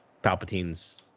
palpatine's